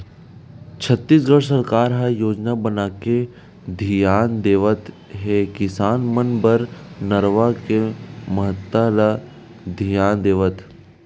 छत्तीसगढ़ सरकार ह योजना बनाके धियान देवत हे किसान मन बर नरूवा के महत्ता ल धियान देवत